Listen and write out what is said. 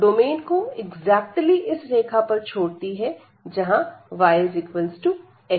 और डोमेन को एक्जेक्टली इस रेखा पर छोड़ती है जहां y x है